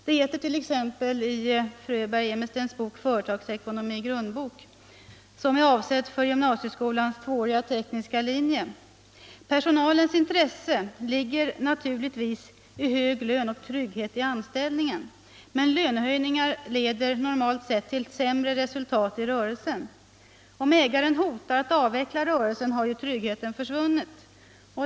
Det heter t.ex. i Fröberg-Emestens bok Företagsekonomi Grundbok, som är avsedd för gymnasieskolans tvååriga tekniska linje: ”Personalens intresse ligger naturligtvis i hög lön och trygghet i anställningen. Men lönehöjningar leder normalt sett till sämre resultat i rörelsen. Om ägaren hotar att avveckla rörelsen har ju tryggheten försvunnit.